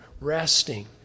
resting